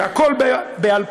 זה הכול בעל-פה,